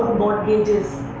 mortgages,